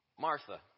Martha